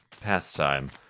pastime